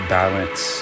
balance